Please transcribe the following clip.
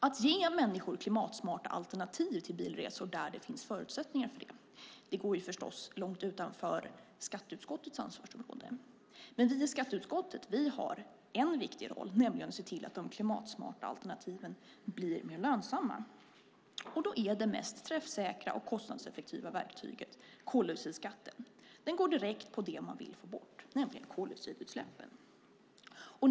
Att ge människor klimatsmarta alternativ till bilresor där det finns förutsättning för det går naturligtvis långt utanför skatteutskottets ansvarsområde. Men vi i skatteutskottet har en viktig roll, nämligen att se till att de klimatsmarta alternativen blir mer lönsamma. Det mest träffsäkra och kostnadseffektiva verktyget är koldioxidskatten. Den går direkt på det man vill få bort, nämligen koldioxidutsläppen.